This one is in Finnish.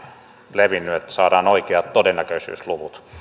levinnyt että saadaan oikeat todennäköisyysluvut